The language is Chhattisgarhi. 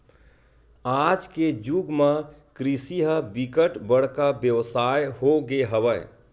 आज के जुग म कृषि ह बिकट बड़का बेवसाय हो गे हवय